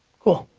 cool.